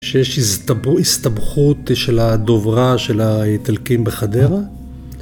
שיש הסתבכות של הדוברה של האיטלקים בחדרה